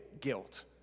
guilt